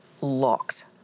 locked